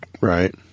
Right